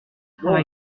travail